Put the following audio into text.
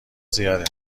زیاده